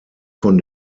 von